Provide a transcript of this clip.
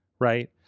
Right